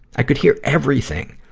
i could hear everything.